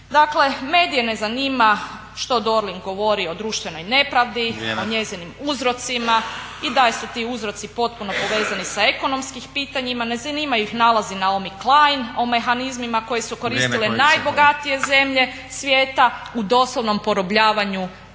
medije ne zanima što Dorling govori o društvenoj nepravdi, o njezinim uzrocima i da su ti uzroci potpuno povezani sa ekonomskim pitanjima, ne zanimaju ih nalazi Naomi Klein o mehanizmima koji su koristile najbogatije zemlje svijeta u doslovnom porobljavanju naroda,